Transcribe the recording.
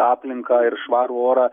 aplinką ir švarų orą